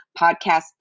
podcast